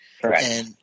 Correct